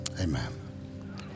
amen